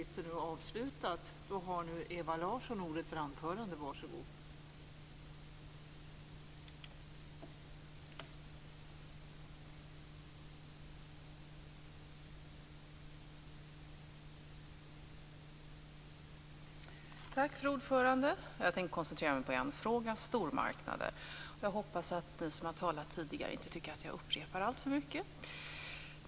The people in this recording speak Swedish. Fru talman! Jag tänker koncentrera mig på en fråga, nämligen stormarknader. Jag hoppas att ni som har talat tidigare inte tycker att jag upprepar alltför mycket.